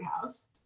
house